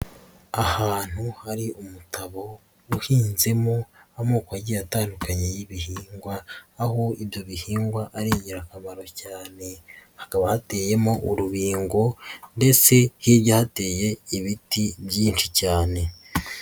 Ahantu hari umutabo, uhinzemo amoko agiye atandukanye y'ibihingwa, aho ibyo bihingwa ari ingirakamaro cyane, hakaba hateyemo urubingo ndetse hirya hateye ibiti byinshi cyane.